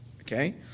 Okay